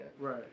Right